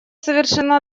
совершено